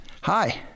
Hi